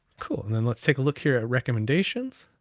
cool, and then let's take a look here at recommendations.